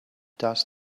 does